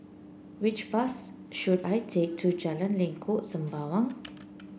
which bus should I take to Jalan Lengkok Sembawang